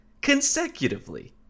Consecutively